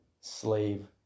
slave